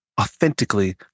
authentically